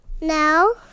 No